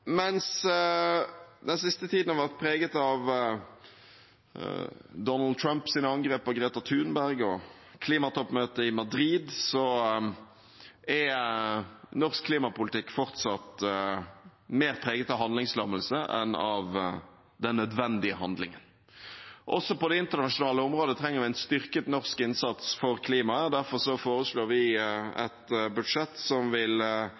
Mens den siste tiden har vært preget av Donald Trumps angrep på Greta Thunberg og klimatoppmøtet i Madrid, er norsk klimapolitikk fortsatt mer preget av handlingslammelse enn av den nødvendige handlingen. Også på det internasjonale området trenger vi en styrket norsk innsats for klimaet. Derfor foreslår vi et budsjett som vil